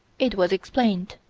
it was explained.